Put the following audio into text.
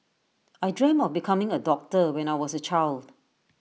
I dreamt of becoming A doctor when I was A child